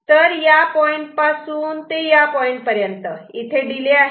तर ह्या पॉईंट पासून ते ह्या पॉइंट पर्यंत इथे डिले आहे